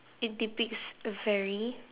it depicts a very